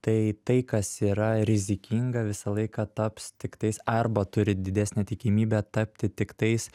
tai tai kas yra rizikinga visą laiką taps tiktais arba turi didesnę tikimybę tapti tik tais